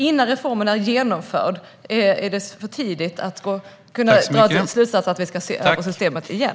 Innan reformen är genomförd är det för tidigt att kunna dra slutsatsen att vi ska se över systemet igen.